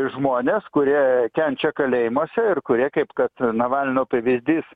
žmonės kurie kenčia kalėjimuose ir kurie kaip kad navalno pavyzdys